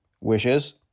wishes